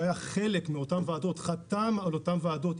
שהיה חלק מאותן ועדות וחתם על אותן ועדות,